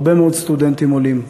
הרבה מאוד סטודנטים עולים.